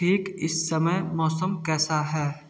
ठीक इस समय मौसम कैसा है